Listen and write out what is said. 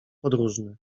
podróżny